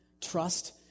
trust